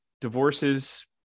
divorces